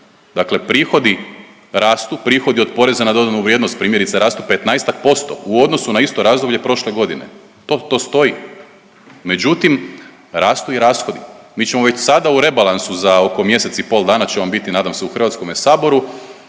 Dakle prihodi, rastu, prihodi od poreza na dodanu vrijednost rastu 15-ak posto u odnosu na isto razdoblje prošle godine, to, to stoji. Međutim, rastu i rashodi. Mi ćemo već sada u rebalansu za oko mjesec i pol dana ćemo biti nadam se u Hrvatskome saboru